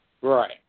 Right